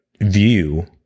view